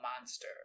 monster